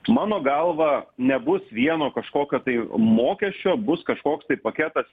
mano galva nebus vieno kažkokio tai mokesčio bus kažkoks paketas